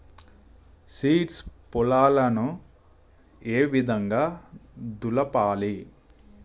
Seeds పొలాలను ఏ విధంగా దులపాలి?